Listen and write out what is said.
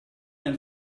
and